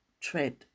tread